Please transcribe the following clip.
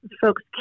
folks